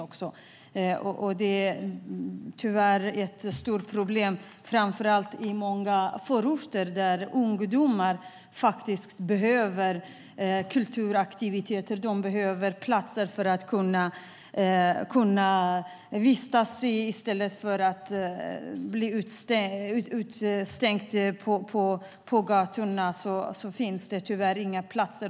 Det är tyvärr ett stort problem, framför allt i många förorter där ungdomar behöver platser för att utöva kulturaktiviteter och vistas på. De stängs ute.